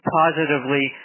positively